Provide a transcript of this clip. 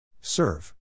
Serve